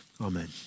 Amen